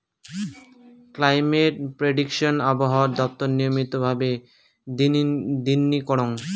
climate prediction আবহাওয়া দপ্তর নিয়মিত ভাবে দিননি করং